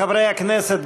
חברי הכנסת,